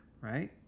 right